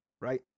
right